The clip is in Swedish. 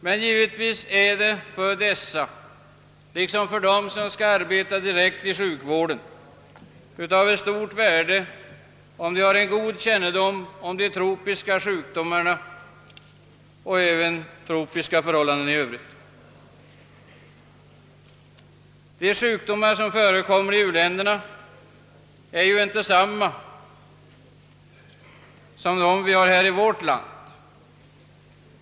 Men givetvis är det för dessa liksom för dem som skall arbeta direkt i sjukvården av stort värde, om de har god kännedom om de tropiska sjukdomarna och de tropiska förhållandena i övrigt. De sjukdomar som förekommer i utvecklingsländerna är vanligen inte desamma som sjukdomarna i vårt land.